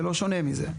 זה לא שונה מזה.